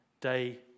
day